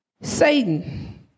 Satan